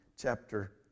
chapter